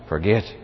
Forget